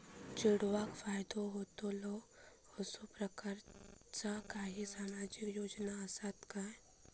चेडवाक फायदो होतलो असो प्रकारचा काही सामाजिक योजना असात काय?